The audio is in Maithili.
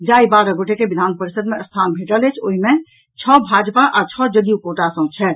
जाहि बारह गोटे के विधान परिषद् मे स्थान भेटल अछि ओहि मे छओ भाजपा आ छओ जदयू कोटा सॅ छथि